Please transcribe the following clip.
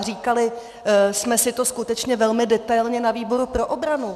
Říkali jsme si to skutečně velmi detailně na výboru pro obranu.